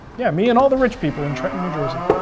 yeah, me and all the rich people in trenton, new jersey.